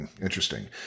Interesting